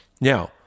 now